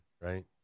right